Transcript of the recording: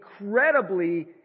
incredibly